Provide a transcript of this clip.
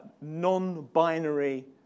non-binary